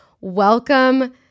Welcome